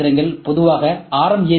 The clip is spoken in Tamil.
சி இயந்திரங்கள் பொதுவாக ஆர்